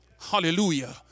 Hallelujah